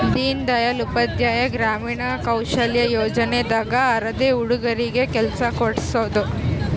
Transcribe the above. ದೀನ್ ದಯಾಳ್ ಉಪಾಧ್ಯಾಯ ಗ್ರಾಮೀಣ ಕೌಶಲ್ಯ ಯೋಜನೆ ದಾಗ ಅರೆದ ಹುಡಗರಿಗೆ ಕೆಲ್ಸ ಕೋಡ್ಸೋದ